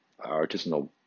artisanal